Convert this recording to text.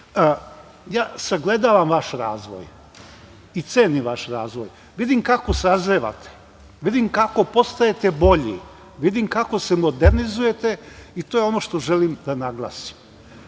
sagledavam vaš razvoj i cenim vaš razvoj. Vidim kako sazrevate. Vidim kako postajete bolji. Vidim kako se modernizujete i to je ono što želim da naglasim. Vi